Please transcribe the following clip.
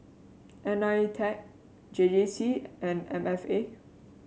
Nitec J J C and M F A